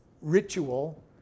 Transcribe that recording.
ritual